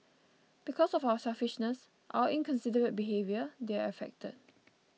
because of our selfishness our inconsiderate behaviour they're affected